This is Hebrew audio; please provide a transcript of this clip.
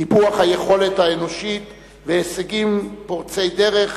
טיפוח היכולת האנושית והישגים פורצי דרך,